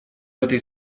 этой